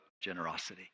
generosity